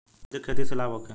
कुलथी के खेती से लाभ होखे?